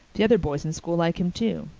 the other boys in school like him too.